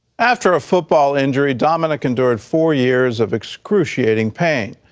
after a football injury, dominic endured four years of excruciating pain.